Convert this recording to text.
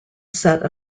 set